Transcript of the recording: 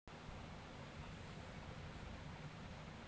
ফসলকাটার পরে কি কি বন্দবস্তের উপর জাঁক দিয়া দরকার বল্যে মনে হয়?